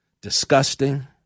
disgusting